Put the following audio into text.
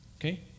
Okay